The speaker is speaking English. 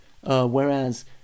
whereas